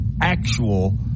actual